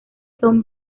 son